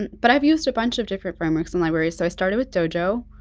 but i've used a bunch of different frameworks and libraries, so i started with dojo.